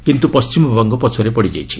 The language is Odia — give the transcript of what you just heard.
କିନ୍ତୁ ପଣ୍ଢିମବଙ୍ଗ ପଛରେ ପଡ଼ିଛି